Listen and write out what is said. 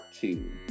two